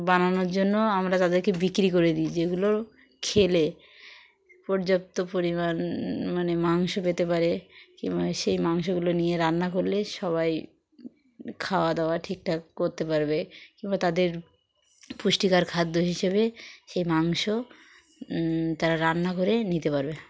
বানানোর জন্য আমরা তাদেরকে বিক্রি করে দিই যেগুলো খেলে পর্যাপ্ত পরিমাণ মানে মাংস পেতে পারে কিংবা সেই মাংসগুলো নিয়ে রান্না করলে সবাই খাওয়া দাওয়া ঠিকঠাক করতে পারবে কিংবা তাদের পুষ্টিকর খাদ্য হিসেবে সেই মাংস তারা রান্না করে নিতে পারবে